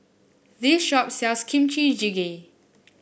this shop sells Kimchi Jjigae